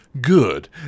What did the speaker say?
Good